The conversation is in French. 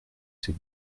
ces